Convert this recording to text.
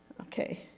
Okay